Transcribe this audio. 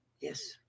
Yes